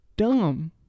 Dumb